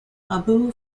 abou